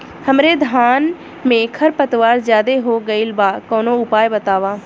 हमरे धान में खर पतवार ज्यादे हो गइल बा कवनो उपाय बतावा?